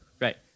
Right